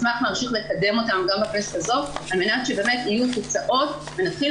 ונשמח להמשיך לקדם אותם גם בכנסת הזאת על מנת שיהיו תוצאות ונתחיל